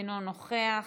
אינו נוכח.